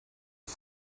hun